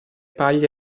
paglia